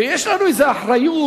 ויש לנו איזו אחריות,